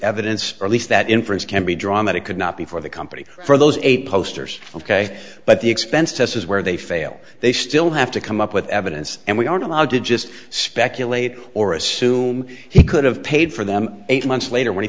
evidence or at least that inference can be drawn that it could not be for the company for those eight posters ok but the expense to us is where they fail they still have to come up with evidence and we aren't allowed to just speculate or assume he could have paid for them eight months later when he